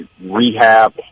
rehab